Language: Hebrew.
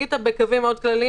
שאגיד אותו בקווים מאוד כלליים.